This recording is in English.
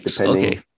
okay